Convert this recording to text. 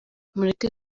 mureke